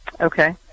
Okay